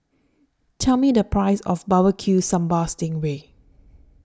Tell Me The Price of Barbecue Sambal Sting Ray